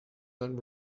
then